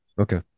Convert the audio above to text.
okay